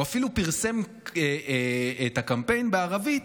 הוא אפילו פרסם את הקמפיין בערבית,